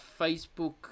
Facebook